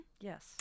Yes